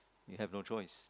you have no choice